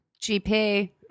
GP